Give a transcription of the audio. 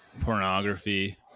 pornography